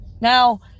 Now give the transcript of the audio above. Now